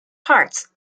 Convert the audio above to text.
hearts